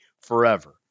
forever